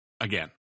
again